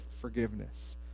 forgiveness